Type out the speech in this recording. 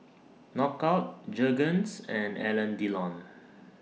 Knockout Jergens and Alain Delon